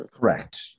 Correct